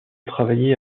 travailler